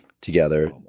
together